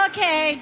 Okay